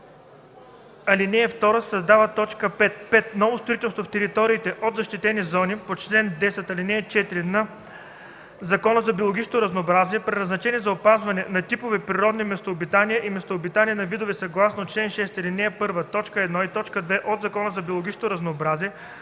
ал. 2 се създава т. 9. „9. ново строителство в териториите от защитени зони по чл. 10, ал. 4 на Закона за биологичното разнообразие, предназначени за опазване на типове природни местообитания и местообитания на видове съгласно чл. 6, ал. 1, т. 1 и 2 от Закона за биологичното разнообразие,